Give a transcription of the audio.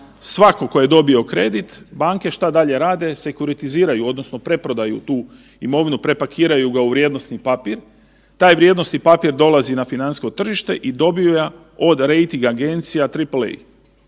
Svako ko je dobio kredit, banke šta dalje rade, sekuritiziraju odnosno preprodaju tu imovinu, prepakiraju ga u vrijednosni papir, taj vrijednosni papir dolazi na financijsko tržište i dobija od rejting agencija